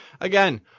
again